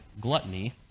gluttony